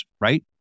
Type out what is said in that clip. right